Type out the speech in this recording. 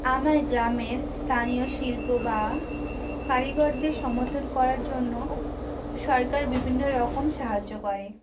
আমায় গ্রামের স্থানীয় শিল্প বা কারিগরদের সমর্থন করার জন্য সরকার বিভিন্ন রকম সাহায্য করে